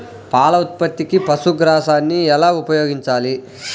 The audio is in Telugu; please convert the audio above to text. పాల ఉత్పత్తికి పశుగ్రాసాన్ని ఎలా ఉపయోగించాలి?